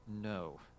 no